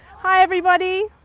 hi, everybody.